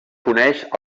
coneix